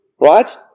right